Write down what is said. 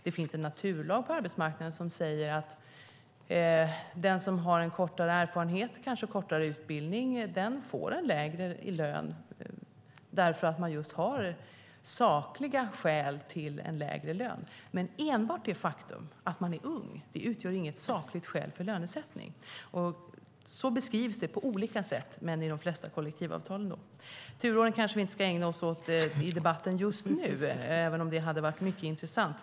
Det finns en naturlag på arbetsmarknaden som säger att den som har en kortare erfarenhet och kanske en kortare utbildning får en lägre lön just för att det finns sakliga skäl till en lägre lön. Men enbart det faktum att man är ung utgör inget sakligt skäl för lönesättning. Så beskrivs det på olika sätt, men i de flesta kollektivavtal. Turordningen kanske vi inte ska ägna oss åt i debatten just nu, även om det hade varit mycket intressant.